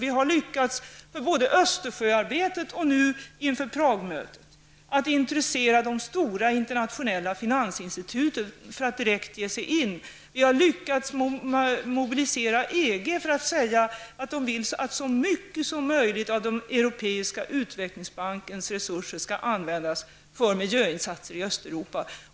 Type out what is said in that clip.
Vi har både i samband med Östersjöarbetet och nu inför Pragmötet lyckats intressera de stora ,internationella finansinstituten att direkt ge sig in i projekten. Vi har lyckats mobilisera EG till att säga att det är önskvärt att så mycket som möjligt av den europeiska utvecklingsbankens resurser används för miljöinsatser i Östeuropa.